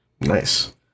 Nice